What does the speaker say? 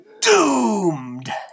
Doomed